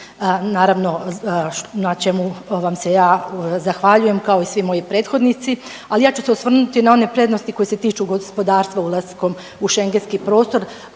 Naravno, na čemu vam se ja zahvaljujem, kao i svi moji prethodnici, ali ja ću se osvrnuti na one prednosti koji se tiču gospodarstva ulaskom u šengenski prostor,